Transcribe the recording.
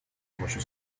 помощью